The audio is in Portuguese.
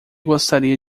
gostaria